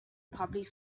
public